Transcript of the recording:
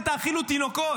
ותאכילו תינוקות.